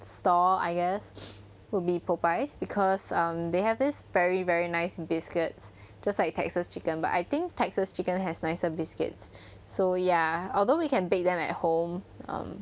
store I guess will be popeyes because um they have this very very nice biscuits just like texas chicken but I think texas chicken has nicer biscuits so ya although we can bake them at home